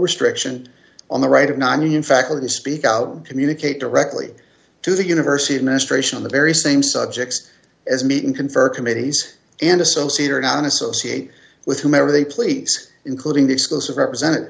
restriction on the right of nonunion faculty to speak out communicate directly to the university administration in the very same subjects as meeting confer committees and associate or non associate with whomever they please including the exclusive